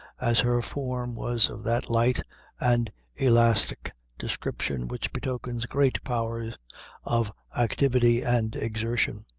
as her form was of that light and elastic description which betokens great powers of activity and exertion.